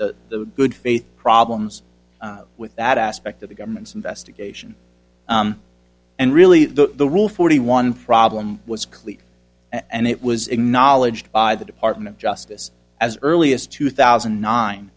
the good faith problems with that aspect of the government's investigation and really the rule forty one problem was clear and it was acknowledged by the department of justice as early as two thousand